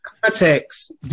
context